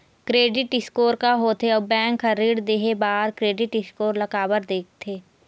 Credit score का होथे अउ बैंक हर ऋण देहे बार क्रेडिट स्कोर ला काबर देखते?